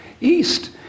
east